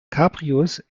cabrios